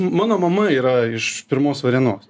mano mama yra iš pirmos varėnos